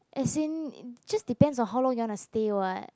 as in just depends on how long you wanna stay [what]